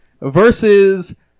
versus